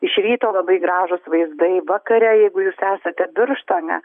iš ryto labai gražūs vaizdai vakare jeigu jūs esate birštone